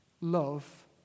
love